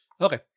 Okay